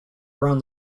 around